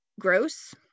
Gross